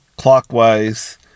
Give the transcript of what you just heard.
clockwise